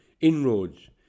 inroads